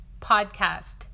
podcast